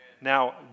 Now